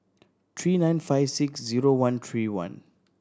three nine five six zero one three one